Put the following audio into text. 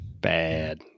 bad